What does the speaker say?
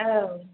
औ